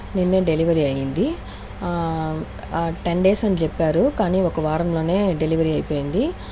నిన్నే డెలివరీ అయింది ten days అని చెప్పారు కానీ ఒక వారంలోనే డెలివరీ అయిపోయింది